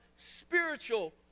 spiritual